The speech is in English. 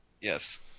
Yes